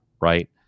Right